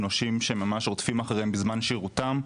נושים שממש רודפים אחריהם בזמן שירותם,